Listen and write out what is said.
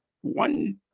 One